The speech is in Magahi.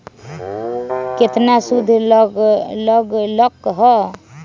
केतना सूद लग लक ह?